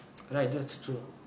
alright that's true